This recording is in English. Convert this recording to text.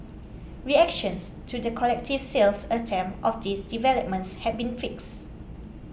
reactions to the collective sales attempt of these developments have been fixed